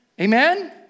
Amen